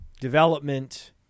development